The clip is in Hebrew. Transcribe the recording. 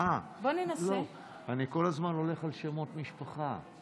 איסור הצבת מכונות משחק של מפעל הפיס),